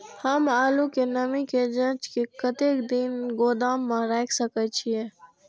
हम आलू के नमी के जाँच के कतेक दिन गोदाम में रख सके छीए?